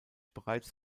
bereits